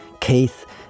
Keith